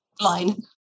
line